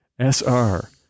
SR